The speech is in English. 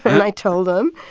and i told him.